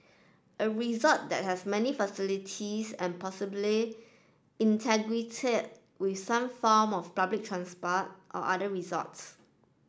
a resort that has many facilities and possibly integrated with some form of public transport or other resorts